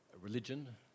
religion